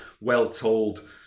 well-told